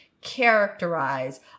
characterize